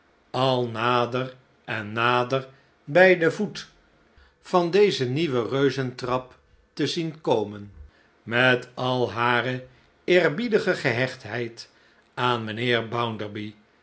al nader en nader bij den voet van deze nieuwe reuzentrap te zien komen met al hare eerbiedige gehechtheid aan mynheer